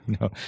No